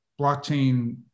blockchain